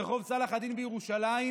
רחוב צלאח א-דין בירושלים,